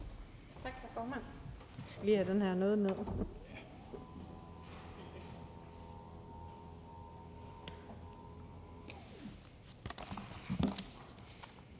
det, hr. formand.